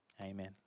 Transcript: Amen